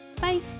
Bye